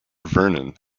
vernon